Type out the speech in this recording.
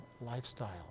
lifestyle